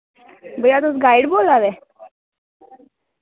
भैया तुस गाइड बोल्ला दे